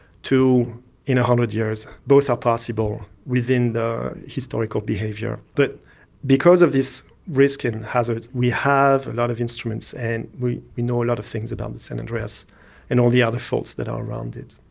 two in one hundred years. both are possible within the historical behaviour. but because of this risk and hazard, we have a lot of instruments, and we we know a lot of things about the san andreas and all the other faults that are around it.